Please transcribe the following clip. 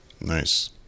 Nice